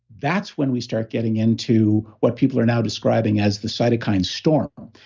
that's when we start getting into what people are now describing as the cytokine storm.